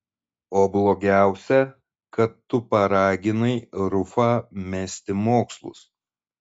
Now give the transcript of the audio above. o blogiausia kad tu paraginai rufą mesti mokslus